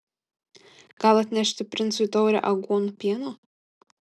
gal atnešti princui taurę aguonų pieno